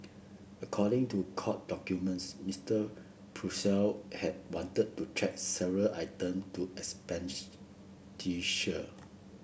according to court documents Mister Purcell had wanted to check several item to